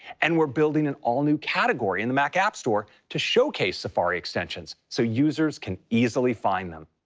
and we're building an all-new category in the mac app store to showcase safari extensions so users can easily find them.